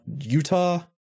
Utah